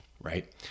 Right